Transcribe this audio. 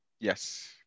Yes